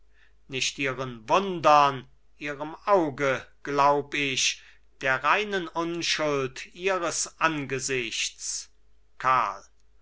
nicht ihren wundern ihrem auge glaub ich der reinen unschuld ihres angesichts karl